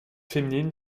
féminine